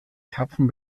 karpfen